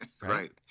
Right